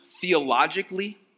theologically